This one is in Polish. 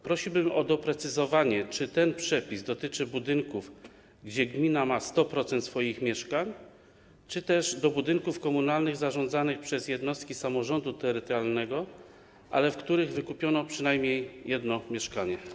Prosiłbym o doprecyzowanie, czy ten przepis dotyczy budynków, gdzie gmina ma 100% swoich mieszkań, czy też budynków komunalnych zarządzanych przez jednostki samorządu terytorialnego, ale w których wykupiono przynajmniej jedno mieszkanie.